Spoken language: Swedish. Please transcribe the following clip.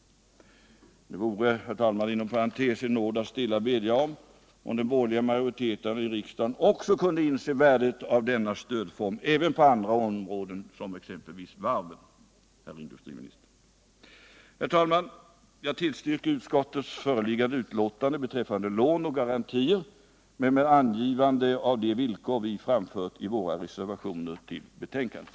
Det vore, herr talman, inom parentes sagt, en nåd att stilla bedja om att den borgerliga majoriteten kunde inse värdet av denna stödform även på andra områden — exempelvis varven, herr industriminister. Herr talman! Jag tillstyrker utskottets föreliggande betänkande beträffande lån och garantier, men med angivande av de villkor vi framfört i våra reservationer till betänkandet.